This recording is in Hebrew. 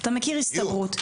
אתה מכיר הסתברות.